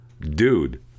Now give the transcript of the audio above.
dude